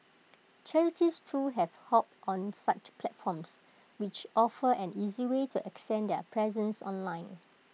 charities too have hopped on such platforms which offer an easy way to extend their presence online